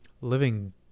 Living